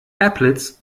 applets